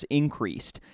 increased